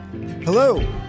Hello